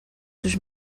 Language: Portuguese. dos